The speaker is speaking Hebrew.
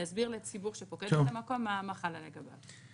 להסביר לציבור שפוקד את המקום מה חל לגביו.